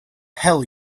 hell